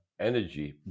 energy